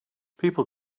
people